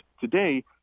today